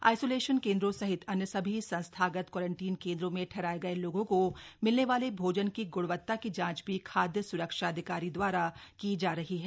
isolation केंद्रों सहित अन्य सभी संस्थागत क्वारंटीन केंद्रों में ठहराए गए लोगों को मिलने वाले भोजन की गुणवत्ता की जांच भी खादय स्रक्षा अधिकारी दवारा की जा रही है